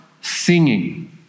singing